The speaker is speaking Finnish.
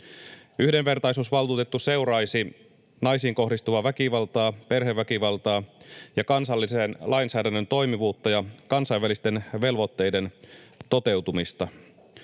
Yhdenvertaisuusvaltuutettu seuraisi naisiin kohdistuvaa väkivaltaa, perheväkivaltaa, kansallisen lainsäädännön toimivuutta ja kansainvälisten velvoitteiden toteutumista.